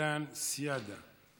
דן סְיָדה.